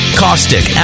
caustic